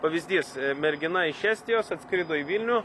pavyzdys mergina iš estijos atskrido į vilnių